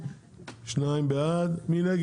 מי נמנע?